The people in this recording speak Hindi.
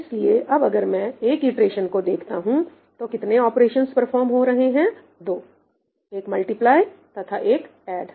इसलिए अब अगर मैं एक इटरेशन को देखता हूं तो कितने ऑपरेशंस परफॉर्म हो रहे हैं 2 एक मल्टीप्लाई तथा एक ऐड